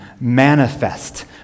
manifest